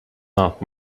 not